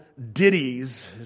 ditties